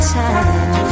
time